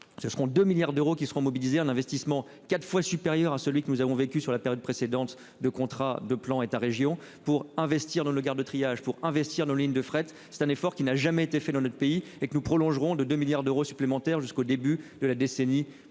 ce seront 2 milliards d'euros qui seront mobilisés en investissement 4 fois supérieur à celui que nous avons vécu sur la période précédente de contrat de plan État-Région pour investir dans le Gare de triage pour investir nos lignes de fret, c'est un effort qui n'a jamais été fait dans notre pays et nous prolongerons de 2 milliards d'euros supplémentaires jusqu'au début de la décennie